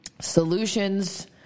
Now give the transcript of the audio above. solutions